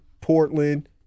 Portland